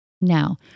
Now